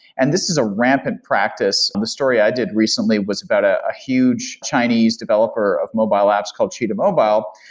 and this is a rampant practice. the story i did recently was about a huge chinese developer of mobile apps called cheetah mobile,